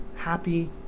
Happy